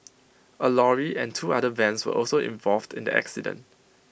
A lorry and two other vans were also involved in the accident